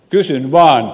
kysyn vaan